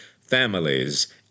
families